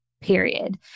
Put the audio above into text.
period